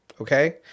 okay